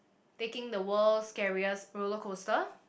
taking the world's scariest rollercoaster